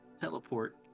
teleport